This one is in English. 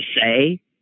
say